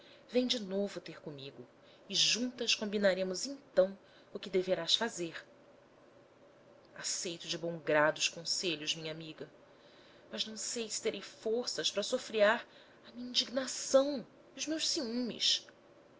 vem de novo ter comigo e juntas combinaremos então o que deverás fazer aceito de bom grado os conselhos minha amiga mas não sei se terei forças para sofrear a minha indignação e os meus ciúmes